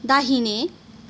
दाहिने